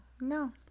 No